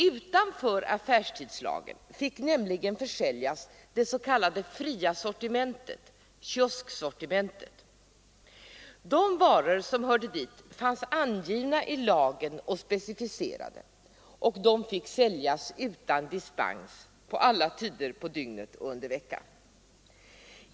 Utanför affärstidslagen fick nämligen försäljas det s.k. fria sortimentet — kiosksortimentet. De varor som hörde dit var specificerade i lagen, och de fick säljas utan dispens på alla tider av dygnet och under hela veckan.